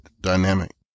dynamic